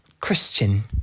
Christian